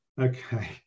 Okay